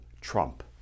Trump